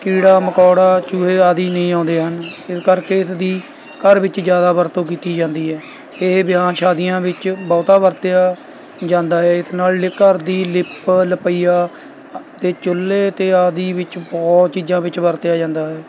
ਕੀੜਾ ਮਕੌੜਾ ਚੂਹੇ ਆਦਿ ਨਹੀਂ ਆਉਂਦੇ ਹਨ ਇਸ ਕਰਕੇ ਇਸ ਦੀ ਘਰ ਵਿੱਚ ਜ਼ਿਆਦਾ ਵਰਤੋਂ ਕੀਤੀ ਜਾਂਦੀ ਹੈ ਇਹ ਵਿਆਹਾਂ ਸ਼ਾਦੀਆਂ ਵਿੱਚ ਬਹੁਤਾ ਵਰਤਿਆ ਜਾਂਦਾ ਹੈ ਇਸ ਨਾਲ ਘਰ ਦੀ ਲਿਪ ਲਪਈਆ ਅਤੇ ਚੁੱਲ੍ਹੇ ਅਤੇ ਆਦਿ ਵਿੱਚ ਬਹੁਤ ਚੀਜ਼ਾਂ ਵਿੱਚ ਵਰਤਿਆ ਜਾਂਦਾ ਹੈ